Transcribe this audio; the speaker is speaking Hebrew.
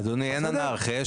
אדוני, אין אנרכיה.